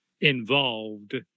involved